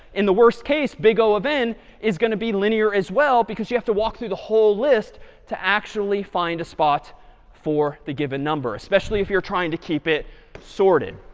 in the worst case, big o of n is going to be linear as well, because you have to walk through the whole list to actually find a spot for the given number, especially if you're trying to keep it sorted.